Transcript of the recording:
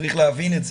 צריך להבין את זה.